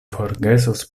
forgesos